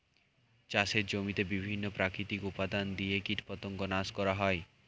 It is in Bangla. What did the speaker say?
চাষের জমিতে বিভিন্ন প্রাকৃতিক উপাদান দিয়ে কীটপতঙ্গ নাশ করা হয়